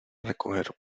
recoger